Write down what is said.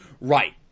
right